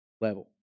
level